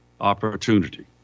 opportunity